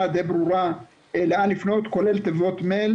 די ברורה לאן לפנות כולל תיבות מייל,